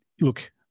look